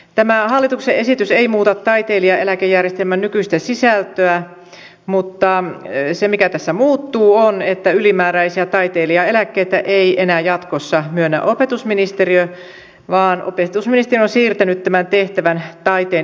tämä hallituksen esitys ei muuta taiteilijaeläkejärjestelmän nykyistä sisältöä mutta se mikä tässä muuttuu on että ylimääräisiä taiteilijaeläkkeitä ei enää jatkossa myönnä opetusministeriö vaan opetusministeriö on siirtänyt tämän tehtävän taiteen edistämiskeskukselle